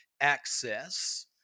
access